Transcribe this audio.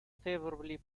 favorably